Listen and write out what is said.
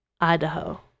Idaho